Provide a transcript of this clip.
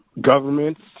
governments